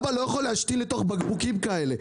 אבא לא יכול להשתין אל תוך בקבוקים כאלה.